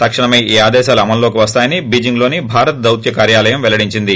తక్షణమే ఈ ఆదేశాలు అమల్లోకి వస్తాయని బీజింగ్లోని భారత దౌత్య కార్యాలయం పెల్లడించింది